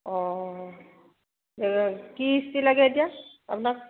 অঁ কি ইস্ত্ৰী লাগে এতিয়া আপোনাক